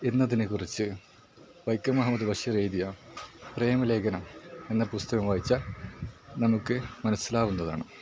എന്നതിനെ കുറിച്ച് വൈക്കം മുഹമ്മദ് ബഷീറെഴുതിയ പ്രമേലഖനം എന്ന പുസ്തകം വായിച്ചാൽ നമുക്ക് മനസ്സിലാവുന്നതാണ്